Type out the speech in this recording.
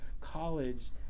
college